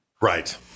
Right